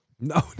No